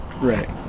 right